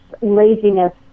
laziness